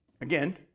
again